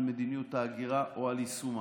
על מדיניות ההגירה או על יישומה.